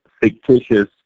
fictitious